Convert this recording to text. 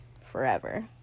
forever